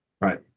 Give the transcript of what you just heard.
Right